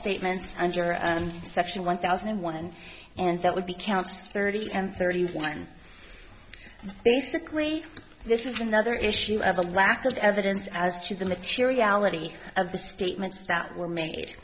statements under section one thousand and one and that would be counts thirty and thirty one basically this is another issue of a lack of evidence as to the materiality of the statements that were made